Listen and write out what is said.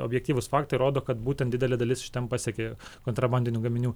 objektyvūs faktai rodo kad būtent didelė dalis iš ten pasekė kontrabandinių gaminių